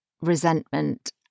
resentment